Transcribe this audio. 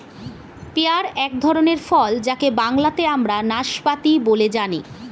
pair এক ধরনের ফল যাকে বাংলাতে আমরা নাসপাতি বলে জানি